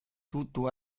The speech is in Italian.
tutto